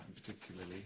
particularly